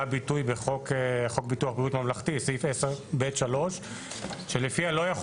ביטוי בחוק ביטוח בריאות ממלכתי סעיף 10(ב)(3) שלפיה לא יכול